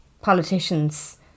politicians